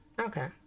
Okay